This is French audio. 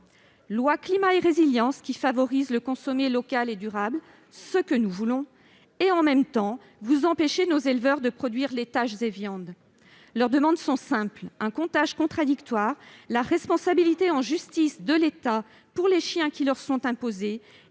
loi Climat et résilience qui favorise le consommer local et durable, ce que nous appelons de nos voeux, et il empêche en même temps nos éleveurs de produire laitages et viandes. Leurs demandes sont simples : un comptage contradictoire, la responsabilité en justice de l'État pour les chiens qui leur sont imposés